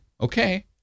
okay